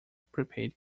prepaid